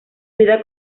vida